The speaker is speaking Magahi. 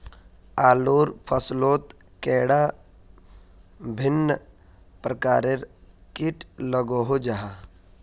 आलूर फसलोत कैडा भिन्न प्रकारेर किट मिलोहो जाहा?